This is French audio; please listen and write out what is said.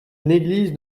néglige